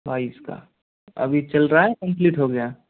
बाईस का अभी चल रहा है कंप्लीट हो गया